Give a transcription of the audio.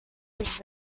his